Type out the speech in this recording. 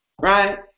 right